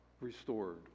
restored